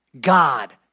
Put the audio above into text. God